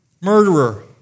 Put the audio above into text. murderer